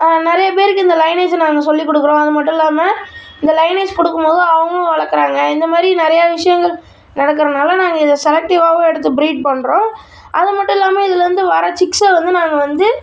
நிறைய பேருக்கு இந்த லைனேஜை நாங்கள் சொல்லி கொடுக்குறோம் அது மட்டும் இல்லாமல் இந்த லைனேஜ் கொடுக்கும்போது அவங்களும் வளக்கிறாங்க இந்தமாதிரி நிறையா விஷயங்கள் நடக்குறதுனால நாங்கள் இதை செலக்ட்டிவாகவும் எடுத்து ப்ரீட் பண்ணுறோம் அது மட்டும் இல்லாமல் இதுலேருந்து வர்ற சிக்ஸை வந்து நாங்கள் வந்து